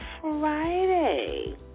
Friday